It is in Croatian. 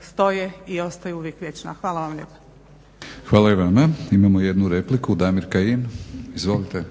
stoje i ostaju uvijek vječna. Hvala vam lijepa. **Batinić, Milorad (HNS)** Hvala i vama. Imamo jednu repliku Damir Kajin. Izvolite.